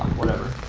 whatever.